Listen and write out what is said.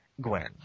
Gwen